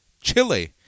Chile